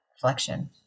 flexion